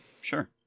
sure